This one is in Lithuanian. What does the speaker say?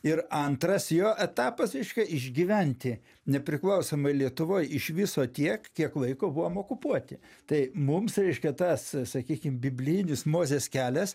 ir antras jo etapas reiškia išgyventi nepriklausomoj lietuvoj iš viso tiek kiek laiko buvom okupuoti tai mums reiškia tas sakykim biblinis mozės kelias